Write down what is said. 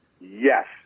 Yes